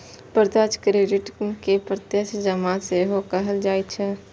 प्रत्यक्ष क्रेडिट कें प्रत्यक्ष जमा सेहो कहल जाइ छै